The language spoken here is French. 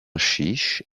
chiche